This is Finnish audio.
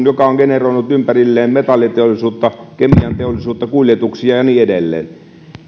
joka on generoinut ympärilleen metalliteollisuutta kemianteollisuutta kuljetuksia ja niin edelleen